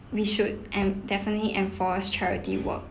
we should en~ definitely enforce charity work